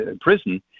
prison